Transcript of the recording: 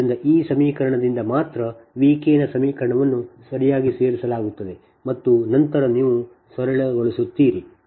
ಆದ್ದರಿಂದ ಈ ಸಮೀಕರಣದಿಂದ ಮಾತ್ರ V k ನ ಸಮೀಕರಣವನ್ನು ಸರಿಯಾಗಿ ಸೇರಿಸಲಾಗುತ್ತದೆ ಮತ್ತು ನಂತರ ನೀವು ಸರಳಗೊಳಿಸುತ್ತೀರಿ